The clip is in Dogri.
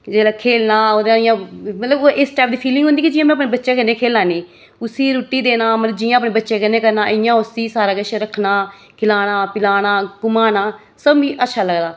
जेल्लै खेढना ओह्दा इ'यां मतलब इक टाइप दी फीलिंग होंदी कि जि'यां में अपने बच्चें कन्नै खेढै निं उसी रुट्टी देना मतलब जि'यां अपने बच्चें कन्नै करना इ'यां उसी सारा किश रक्खना खिलाना पिलाना घुमाना सब मिगी अच्छा लगदा